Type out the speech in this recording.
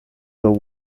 the